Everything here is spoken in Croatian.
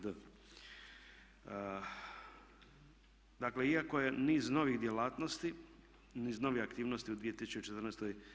Dakle, iako je niz novih djelatnosti, niz novih aktivnosti u 2014.